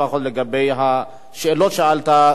לפחות לגבי השאלות ששאלת,